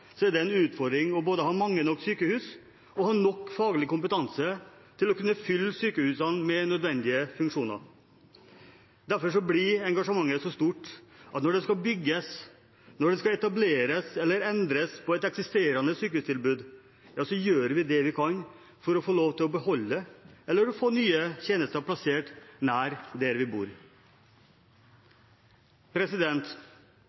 så stort at når det skal bygges, når det skal etableres sykehus eller endres på et eksisterende sykehustilbud, gjør vi det vi kan for å få lov til å beholde eller få nye tjenester plassert nær der vi